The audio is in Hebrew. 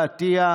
שיר סגמן,